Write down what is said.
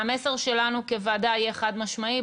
המסר לנו כוועדה יהיה חד משמעי,